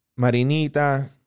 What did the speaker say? marinita